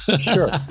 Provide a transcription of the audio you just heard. sure